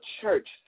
church